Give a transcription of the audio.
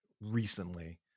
recently